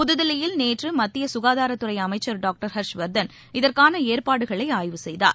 புதுதில்லியில் நேற்று மத்திய க்காதாரத்துறை அமைச்சர் டாக்டர் ஹர்ஷ்வர்தன் இதற்கான ஏற்பாடுகளை ஆய்வு செய்தார்